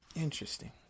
Interesting